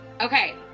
Okay